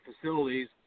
facilities